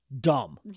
Dumb